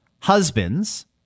Husbands